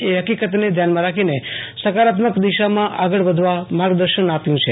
એ હકીકતને ધ્યાનમાં રાખીને સકારાત્કમક દિશામાં આગળ વધવા માર્ગદર્શન અપાયુ છે